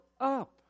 up